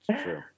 True